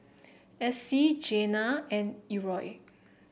Essie Jenna and Errol